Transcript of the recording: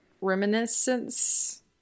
reminiscence